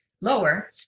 lower